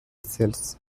cells